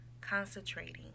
concentrating